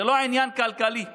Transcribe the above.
זה לא עניין כלכלי.